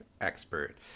expert